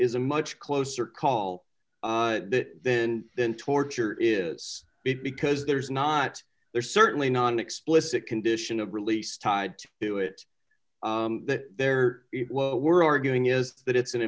is a much closer call then than torture is it because there is not there certainly not an explicit condition of release tied to do it that there were arguing is that it's an